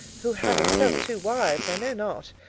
who had himself two wives, i know not.